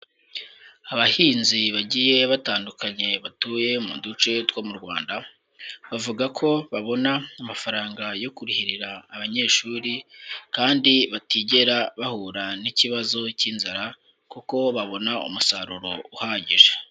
Abahinzi bagiye batandukanye batuye mu duce two mu Rwanda, bavuga ko babona amafaranga yo kurihirira abanyeshuri kandi batigera bahura n'ikibazo k'inzara kuko babona umusaruro uhagije.